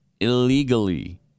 illegally